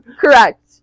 Correct